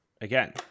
Again